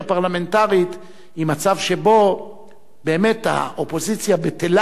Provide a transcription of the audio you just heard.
פרלמנטרית עם מצב שבו האופוזיציה באמת בטלה